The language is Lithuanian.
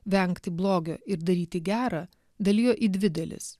vengti blogio ir daryti gerą dalijo į dvi dalis